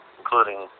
including